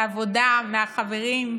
מהעבודה, מהחברים,